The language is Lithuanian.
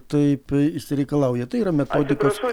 taip išsireikalauja tai yra metodikos